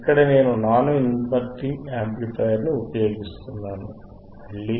ఇక్కడ నేను non inverting amplifier ని ఉపయోగిస్తున్నాను మళ్ళీ